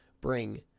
bring